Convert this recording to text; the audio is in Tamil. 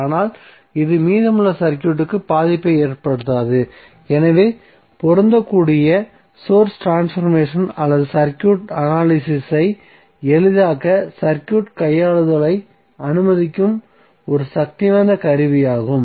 ஆனால் இது மீதமுள்ள சர்க்யூட்க்கு பாதிப்பை ஏற்படுத்தாது எனவே பொருந்தக்கூடிய சோர்ஸ் ட்ரான்ஸ்பர்மேசன் என்பது சர்க்யூட் அனலிசிஸ் ஐ எளிதாக்க சர்க்யூட் கையாளுதலை அனுமதிக்கும் ஒரு சக்திவாய்ந்த கருவியாகும்